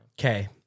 Okay